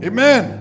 Amen